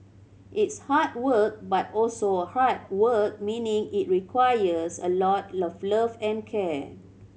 it's hard work but also heart work meaning it requires a lot of love and care